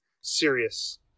Serious